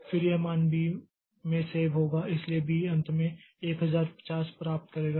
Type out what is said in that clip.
और फिर यह मान B में सेव होगा इसलिए B अंत में 1050 प्राप्त करेगा